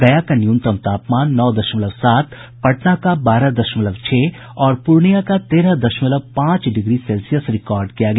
गया का न्यूनतम तापमान नौ दशमलव सात पटना का बारह दशमलव छह और पूर्णिया का तेरह दशमलव पांच डिग्री सेल्सियस रिकॉर्ड किया गया